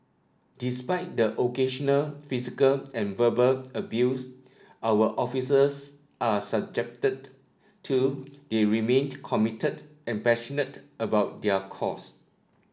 despite the occasional physical and verbal abuse our officers are subjected to they remained committed and passionate about their cause